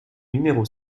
numéro